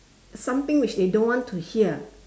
something which they don't want to hear